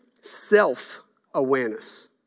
self-awareness